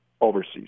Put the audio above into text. overseas